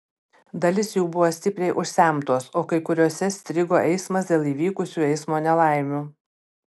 dalis jų buvo stipriai užsemtos o kai kuriose strigo eismas dėl įvykusių eismo nelaimių